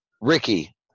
Ricky